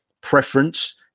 preference